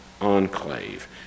enclave